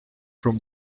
from